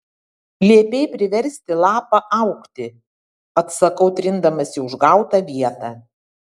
liepei priversti lapą augti atsakau trindamasi užgautą vietą